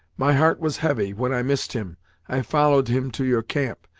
my heart was heavy, when i missed him i followed him to your camp,